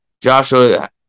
Joshua